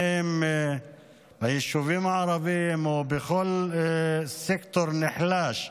אם ביישובים הערביים ואם בכל סקטור מוחלש,